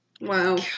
Wow